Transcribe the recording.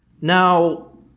now